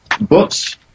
books